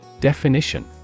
Definition